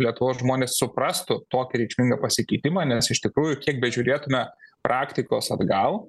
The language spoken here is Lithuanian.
lietuvos žmonės suprastų tokį reikšmingą pasikeitimą nes iš tikrųjų kiek bežiūrėtume praktikos atgal